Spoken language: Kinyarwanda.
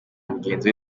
mugenzi